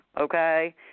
okay